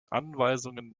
anweisungen